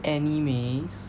anime